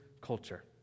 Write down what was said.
culture